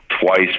twice